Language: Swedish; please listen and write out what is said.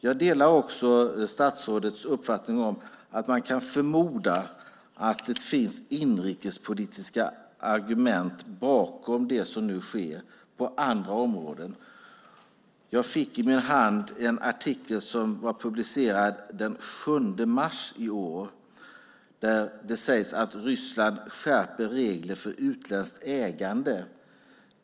Jag delar också statsrådets uppfattning om att man kan förmoda att det finns inrikespolitiska argument bakom det som sker på andra områden. Jag fick i min hand en artikel som var publicerad den 7 mars i år. Där framgår att Ryssland skärper regler för utländskt ägande.